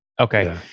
Okay